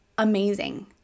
Amazing